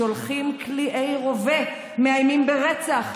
שולחים קליעי רובה, מאיימים ברצח,